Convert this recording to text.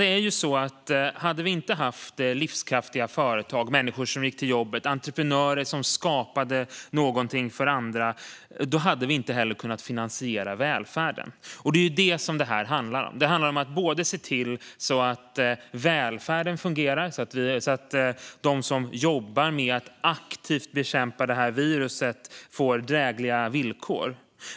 Det är ju så att hade vi inte haft livskraftiga företag, människor som går till jobbet eller entreprenörer som skapar något för andra, då hade vi inte heller kunnat finansiera välfärden. Det är det detta handlar om. Det handlar om att se till att välfärden fungerar så att de som jobbar med att aktivt bekämpa viruset får drägliga villkor.